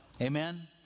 Amen